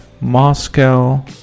Moscow